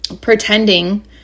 pretending